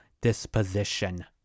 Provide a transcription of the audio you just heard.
disposition